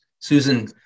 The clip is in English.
Susan